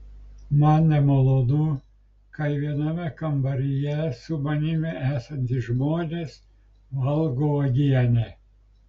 man nemalonu kai viename kambaryje su manimi esantys žmonės valgo uogienę